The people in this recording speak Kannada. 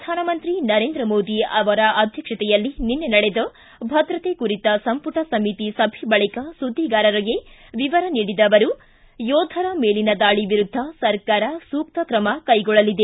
ಪ್ರಧಾನಿ ನರೇಂದ್ರ ಮೋದಿ ಅಧ್ಯಕ್ಷತೆಯಲ್ಲಿ ನಿನ್ನೆ ನಡೆದ ಭದ್ರತೆ ಕುರಿತ ಸಂಪುಟ ಸಮಿತಿ ಸಭೆ ಬಳಿಕ ಸುದ್ದಿಗಾರರಿಗೆ ವಿವರ ನೀಡಿದ ಅವರು ಯೋಧರ ಮೇಲಿನ ದಾಳಿ ವಿರುದ್ಧ ಸರ್ಕಾರ ಸೂಕ್ತ ಕ್ರಮ ಕೈಗೊಳ್ಳಲಿದೆ